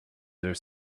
are